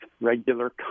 regular